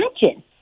Imagine